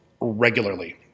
regularly